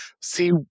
See